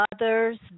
others